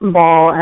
Ball